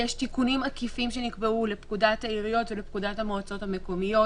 יש תיקונים עקיפים שנקבעו לפקודת העיריות ולפקודת המועצות המקומיות,